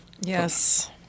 Yes